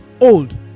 old